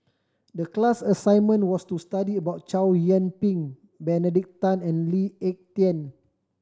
the class assignment was to study about Chow Yian Ping Benedict Tan and Lee Ek Tieng